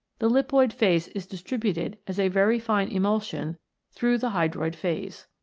the lipoid phase is distributed as a very fine emulsion through the hydroid phase.